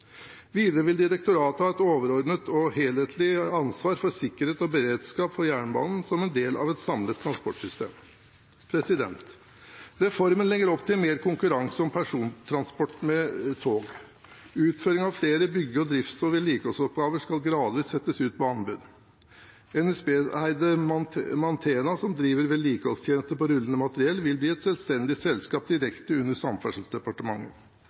Videre vil direktoratet ha et overordnet og helhetlig ansvar for sikkerhet og beredskap for jernbanen som en del av et samlet transportsystem. Reformen legger opp til mer konkurranse om persontransport med tog. Utføring av flere bygge-, drifts- og vedlikeholdsoppgaver skal gradvis settes ut på anbud. NSB-eide Mantena, som driver vedlikeholdstjenester på rullende materiell, vil bli et selvstendig selskap direkte under Samferdselsdepartementet.